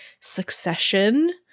succession